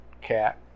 Cat